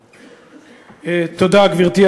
תודה, גברתי.